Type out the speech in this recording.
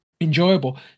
enjoyable